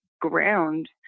ground